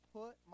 put